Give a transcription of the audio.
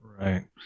Right